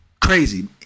Crazy